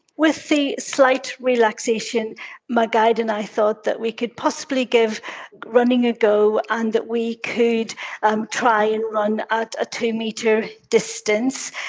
with the slight relaxation my guide and i thought that we could possibly give running a go and that we could um try and run at a two-metre distance.